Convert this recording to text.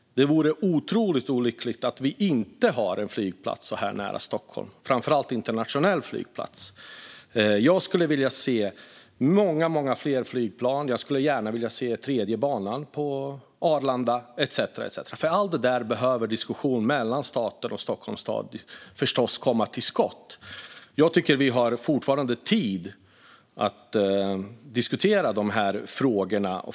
Det vore otroligt olyckligt om vi inte hade en flygplats så här nära Stockholm, framför allt en internationell flygplats. Jag skulle vilja se många, många fler flygplan, jag skulle gärna vilja se tredje banan på Arlanda, etcetera. För allt detta behöver en diskussion mellan staten och Stockholms stad förstås komma till skott. Vi har fortfarande tid att diskutera de här frågorna.